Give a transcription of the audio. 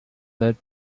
that